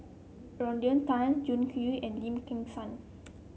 Rodney Tan Jiang Hu and Lim Kim San